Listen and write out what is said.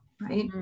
Right